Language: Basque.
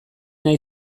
nahi